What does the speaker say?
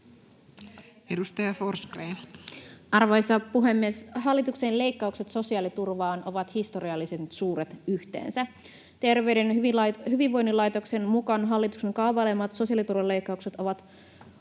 Edustaja Forsgrén. Arvoisa puhemies! Hallituksen leikkaukset sosiaaliturvaan ovat historiallisen suuret yhteensä. Terveyden ja hyvinvoinnin laitoksen mukaan hallituksen kaavailemat sosiaaliturvaleikkaukset ovat